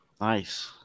Nice